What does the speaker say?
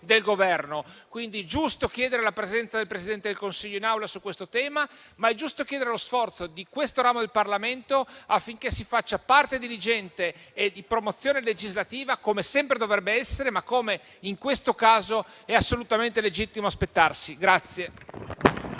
del Governo. Quindi, è giusto chiedere la presenza del Presidente del Consiglio in Aula su questo tema; ma è giusto anche chiedere lo sforzo di questo ramo del Parlamento affinché si faccia parte diligente e di promozione legislativa: come sempre dovrebbe essere, ma come in questo caso è assolutamente legittimo aspettarsi.